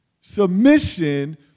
Submission